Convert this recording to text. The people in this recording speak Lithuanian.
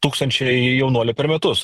tūkstančiai jaunuolių per metus